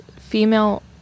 female